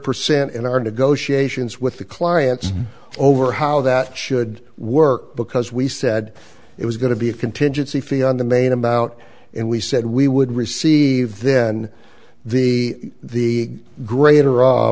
percent in our negotiations with the clients over how that should work because we said it was going to be a contingency fee on the main about and we said we would receive then the the greater